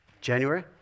January